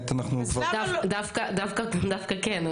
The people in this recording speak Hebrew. דווקא כן.